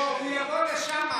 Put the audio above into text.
לא, הוא יבוא לשם.